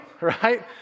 right